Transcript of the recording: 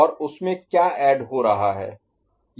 और उसमे क्या ऐड हो रहा है